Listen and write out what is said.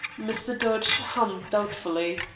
mr. dodge hummed doubtfully.